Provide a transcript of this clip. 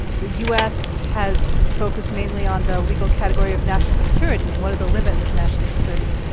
the us has focused mainly on the legal category of national security and what are the limits of national security.